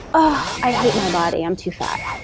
i hate my body. i'm too fat.